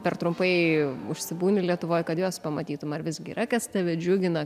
per trumpai užsibūni lietuvoj kad juos pamatytum ar visgi yra kas tave džiugina